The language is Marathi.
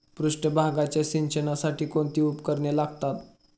पृष्ठभागाच्या सिंचनासाठी कोणती उपकरणे लागतात?